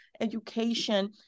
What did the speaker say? education